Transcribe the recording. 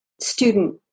student